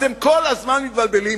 אתם כל הזמן מתבלבלים,